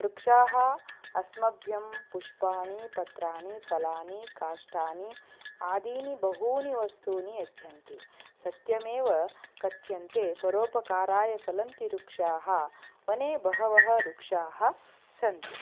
वृक्षाः अस्मभ्यं पुष्पाणि पत्राणि फलानि काष्ठानि आदीनि बहूनि वस्तूनि यच्छन्ति सत्यमेव कथ्यन्ते परोपकाराय फलन्ति वृक्षाः वने बहवः वृक्षाः सन्ति